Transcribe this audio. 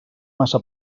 massa